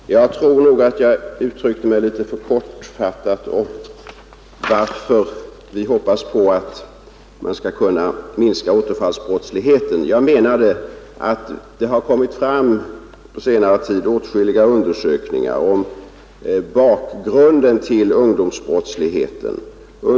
Herr talman! Jag tror nog att jag uttryckte mig litet för kortfattat om skälen till att vi hoppas kunna minska återfallsbrottsligheten. På senare tid har åtskilliga undersökningar framkommit om bakgrunden till ungdomsbrottsligheten.